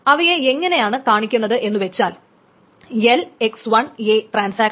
അവയെ എങ്ങനെയാണ് കാണിക്കുന്നത് എന്നുവച്ചാൽ ട്രാൻസാക്ഷൻ